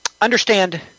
understand